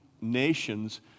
nations